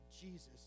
Jesus